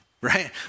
Right